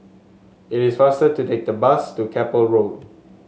it is faster to take the bus to Keppel Road